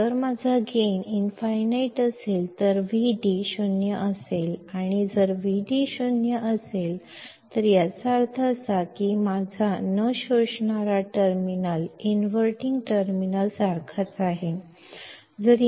ಆದರೆ ನನ್ನ gain infinite ಆಗಿದ್ದರೆ ವಿಡಿ 0 ಆಗಿರುತ್ತದೆ ಮತ್ತು ವಿಡಿ 0 ಆಗಿದ್ದರೆ ನನ್ನ ನಾನ್ಇನ್ವರ್ಟಿಂಗ್ ಟರ್ಮಿನಲ್ ಇನ್ವರ್ಟಿಂಗ್ ಟರ್ಮಿನಲ್ನಂತೆಯೇ ಇರುತ್ತದೆ